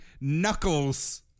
Knuckles